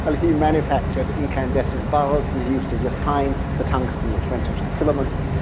ah he manufactured incandescent bulbs and he used to refine the tungsten which went into the filaments,